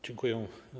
Dziękuję.